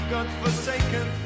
God-forsaken